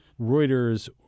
Reuters